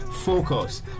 Focus